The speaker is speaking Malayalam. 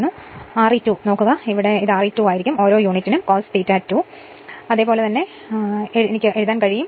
അത് R e 2 ആയിരിക്കും തുടർന്ന് ഓരോ യൂണിറ്റിനും cos ∅ 2 എനിക്ക് X e 2 per unit sin∅ 2 എന്ന് എഴുതാൻ കഴിയും